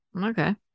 okay